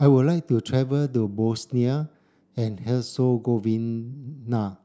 I would like to travel to Bosnia and Herzegovina